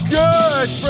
good